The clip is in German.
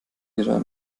ihrer